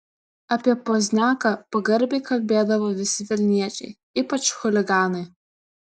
apie pozniaką pagarbiai kalbėdavo visi vilniečiai ypač chuliganai